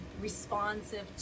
responsive